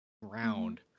round